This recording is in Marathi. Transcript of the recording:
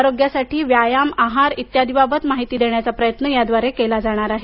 आरोग्यासाठी व्यायाम आहार इत्यादीबाबत माहिती देण्याचा प्रयत्न याद्वारे केला जाणार आहे